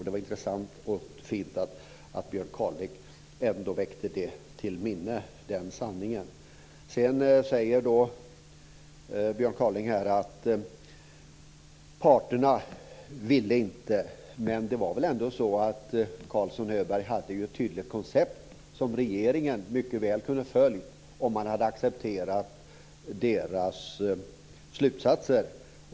Det var intressant och fint att Björn Kaaling ändå väckte den sanningen till minne. Sedan säger Björn Kaaling att parterna inte ville. Men det var ändå så att Carlsson-Öberg hade ett tydligt koncept som regeringen mycket väl kunde ha följt om man hade accepterat deras slutsatser.